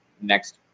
next